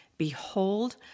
Behold